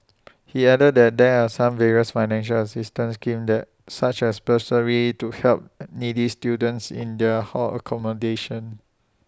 he added that there are some various financial assistance schemes that such as bursaries to help needy students in their hall accommodation